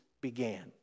began